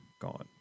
gone